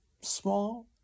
small